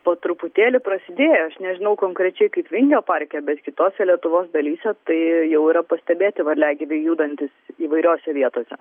po truputėlį prasidėjo aš nežinau konkrečiai kaip vingio parke bet kitose lietuvos dalyse tai jau yra pastebėti varliagyviai judantys įvairiose vietose